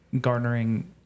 garnering